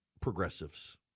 progressives